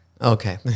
Okay